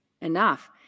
enough